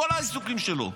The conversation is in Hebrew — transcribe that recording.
את כל העיסוקים שלו,